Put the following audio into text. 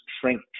shrink